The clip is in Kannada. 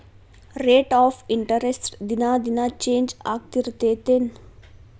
ರೇಟ್ ಆಫ್ ಇಂಟರೆಸ್ಟ್ ದಿನಾ ದಿನಾ ಚೇಂಜ್ ಆಗ್ತಿರತ್ತೆನ್